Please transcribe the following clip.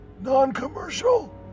Non-commercial